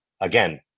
again